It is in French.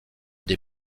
des